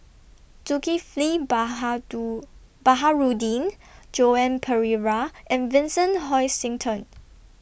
Zulkifli Baharudin Joan Pereira and Vincent Hoisington